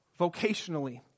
vocationally